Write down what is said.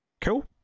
cool